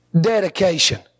dedication